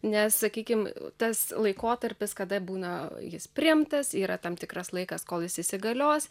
nes sakykim tas laikotarpis kada būna jis priimtas yra tam tikras laikas kol jis įsigalios